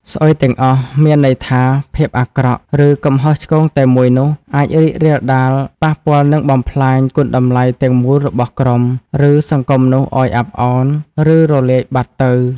ស្អុយទាំងអស់ មានន័យថា ភាពអាក្រក់ ឬកំហុសឆ្គងតែមួយនោះ អាច រីករាលដាល ប៉ះពាល់ និង បំផ្លាញ គុណតម្លៃទាំងមូលរបស់ក្រុម ឬសង្គមនោះឲ្យអាប់ឱន ឬរលាយបាត់ទៅ។